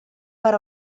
per